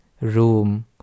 room